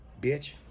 bitch